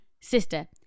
Sister